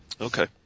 okay